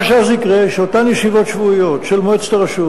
מה שאז יקרה, שאותן ישיבות שבועיות של מועצת הרשות